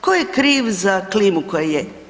Ko je kriv za klimu koja je?